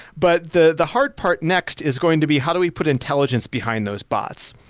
but the the hard part next is going to be how do we put intelligence behind those bots?